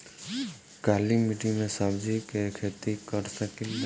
काली मिट्टी में सब्जी के खेती कर सकिले?